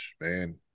man